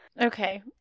Okay